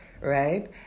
right